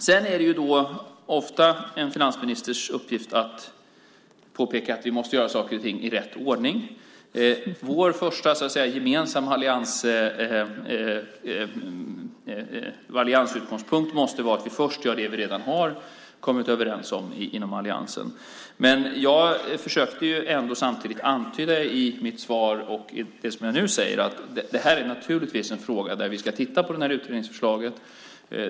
Ofta är det en finansministers uppgift att påpeka att vi måste göra saker och ting i rätt ordning. Vår första gemensamma alliansutgångspunkt måste vara att vi först gör det vi redan har kommit överens om inom alliansen. Jag har ändå i mitt svar och i det som jag nu säger samtidigt försökt att antyda att det här naturligtvis är en fråga där vi ska titta på utredningens förslag.